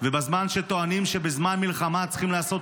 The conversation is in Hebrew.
ובזמן שטוענים שבזמן מלחמה צריכים לעשות